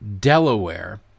Delaware